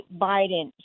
Biden